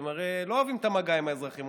הרי אתם לא אוהבים את המגע עם האזרחים,